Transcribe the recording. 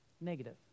negative